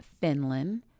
Finland